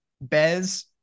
Bez